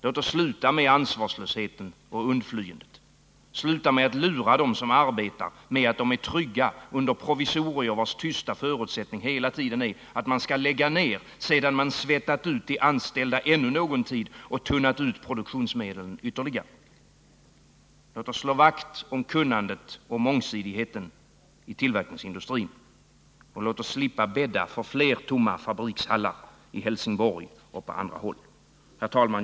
Låt oss sluta med ansvarslösheten och undanflyendet, sluta med att lura dem som arbetar med att de är trygga under provisorier, vilkas tysta förutsättning hela tiden är att man skall lägga ned sedan man har svettat ur de anställda ännu någon tid och tunnat ut produktionsmedlen ytterligare. Låt oss slå vakt om kunnandet och mångsidigheten i tillverkningsindustrin och låt oss slippa bädda för fler tomma fabrikshallar i Helsingborg och på andra håll. Herr talman!